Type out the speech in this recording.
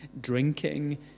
drinking